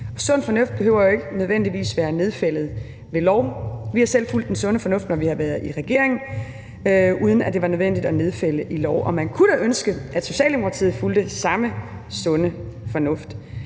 Sund fornuft behøver jo ikke nødvendigvis at være nedfældet ved lov. Vi har selv fulgt den sunde fornuft, når vi har været i regering, uden at det var nødvendigt at nedfælde det i lov. Og man kunne da ønske, at Socialdemokratiet fulgte samme sunde fornuft.